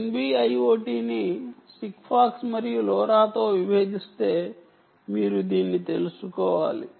NB IoT ని Sigfox మరియు లోరాతో విభేదిస్తే మీరు దీన్ని తెలుసుకోవాలి